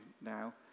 now